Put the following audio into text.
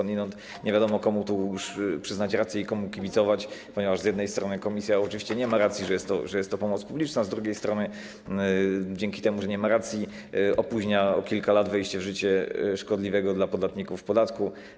Nie wiadomo komu przyznać rację i komu kibicować, ponieważ z jednej strony Komisja oczywiście nie ma racji, że jest to pomoc publiczna, a z drugiej strony dzięki temu, że nie ma racji, opóźnia o kilka lat wejście w życie szkodliwego dla podatników podatku.